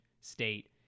state